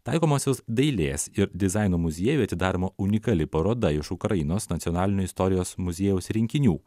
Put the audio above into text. taikomosios dailės ir dizaino muziejuje atidaroma unikali paroda iš ukrainos nacionalinio istorijos muziejaus rinkinių